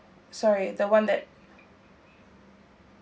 sorry the one that